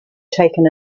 taken